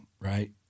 right